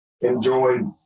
enjoyed